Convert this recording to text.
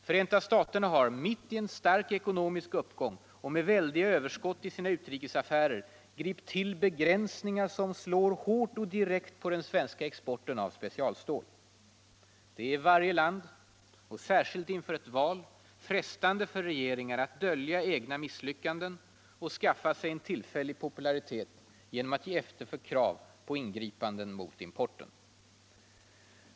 Förenta staterna — mitt i en stark ekonomisk uppgång och med väldiga överskott i sina utrikesaffärer — griper nu till begränsningar som slår hårt och direkt på den svenska exporten av specialstål. Det är i varje land och särskilt inför ett val frestande för regeringar att dölja egna misslyckanden och skaffa sig tillfällig popularitet genom att ge efter för krav på ingripanden mot importen.